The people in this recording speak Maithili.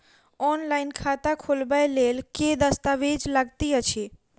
ऑनलाइन खाता खोलबय लेल केँ दस्तावेज लागति अछि?